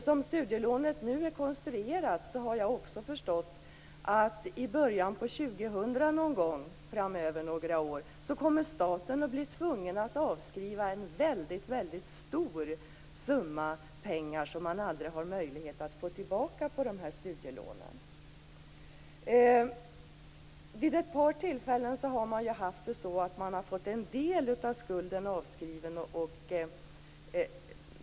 Som studielånet nu är konstruerat har jag också förstått att staten några år in på 2000-talet kommer att bli tvungen att på de här studielånen avskriva en väldigt stor summa pengar som man aldrig har möjlighet att få tillbaka. Vid ett par tillfällen har regeln varit att när man har betalat har man fått en del av skulden avskriven.